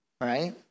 right